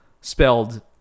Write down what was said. spelled